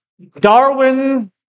Darwin